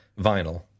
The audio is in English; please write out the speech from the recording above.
vinyl